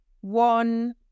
One